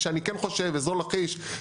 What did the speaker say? אזור לכיש,